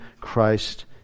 Christ